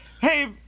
hey